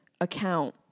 account